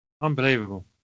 unbelievable